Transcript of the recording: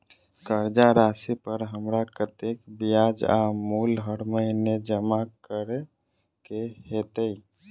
कर्जा राशि पर हमरा कत्तेक ब्याज आ मूल हर महीने जमा करऽ कऽ हेतै?